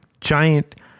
giant